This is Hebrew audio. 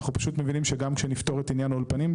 אנחנו פשוט מבינים שגם כשנפתור את עניין האולפנים,